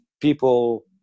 people